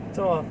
做么